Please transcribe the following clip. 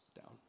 down